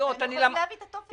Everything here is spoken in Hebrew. הם יכולים להביא את הטופס היום.